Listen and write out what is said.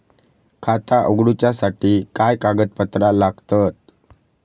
खाता उगडूच्यासाठी काय कागदपत्रा लागतत?